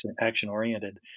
action-oriented